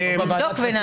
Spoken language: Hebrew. נבדוק ונענה.